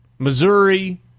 Missouri